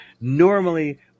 normally